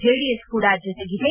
JDS ಕೂಡ ಜೊತೆಗಿದೆ